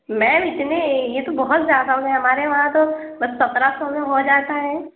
میم اتنے یہ تو بہت زیادہ ہوا ہمارے وہاں تو بس سترہ سو میں ہو جاتا ہے